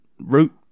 root